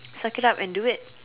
suck it up and do it